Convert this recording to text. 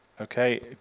Okay